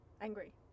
Angry